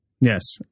Yes